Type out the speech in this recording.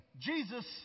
Jesus